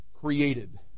created